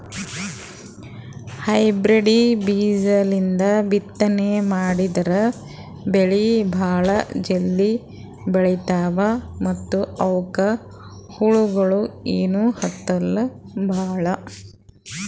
hybrid ಬೀಜಾಲಿಂದ ಬಿತ್ತನೆ ಮಾಡದ್ರ್ ಬೆಳಿ ಭಾಳ್ ಜಲ್ದಿ ಬೆಳೀತಾವ ಮತ್ತ್ ಅವಕ್ಕ್ ಹುಳಗಿಳ ಏನೂ ಹತ್ತಲ್ ಭಾಳ್